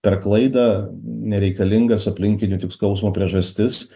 per klaidą nereikalingas aplinkinių tik skausmo priežastis